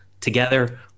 together